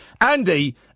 Andy